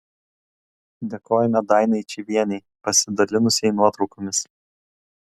dėkojame dainai čyvienei pasidalinusiai nuotraukomis